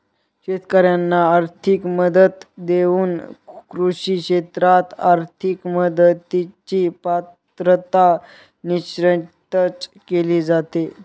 शेतकाऱ्यांना आर्थिक मदत देऊन कृषी क्षेत्रात आर्थिक मदतीची पात्रता निश्चित केली जाते